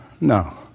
No